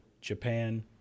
Japan